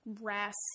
rest